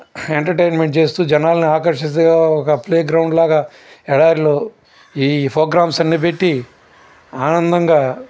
entertainment చేస్తూ జనాల్ని ఆకర్షిస్తా ఒక ప్లే గ్రౌండ్ లాగా ఎడారులు ఈ ప్రోగ్రామ్స్ అన్నీ పెట్టి ఆనందంగా